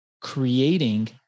creating